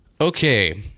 Okay